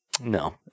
No